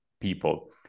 people